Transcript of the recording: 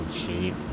cheap